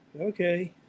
okay